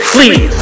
Please